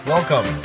Welcome